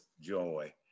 joy